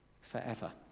forever